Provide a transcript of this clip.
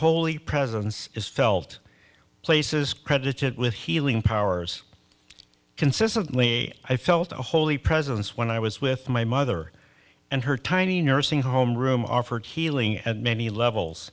holy presence is felt places credited with healing powers consistently i felt a holy presence when i was with my mother and her tiny nursing home room offered healing at many levels